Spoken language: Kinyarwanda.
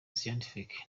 scientific